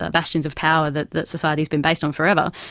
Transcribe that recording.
ah bastions of power that that society's been based on forever.